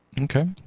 Okay